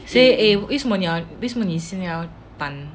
eh 为什么为什么你现在要搬